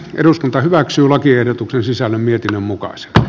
eduskunta hyväksyi lakiehdotuksen sisällön mietinnön mukaisesti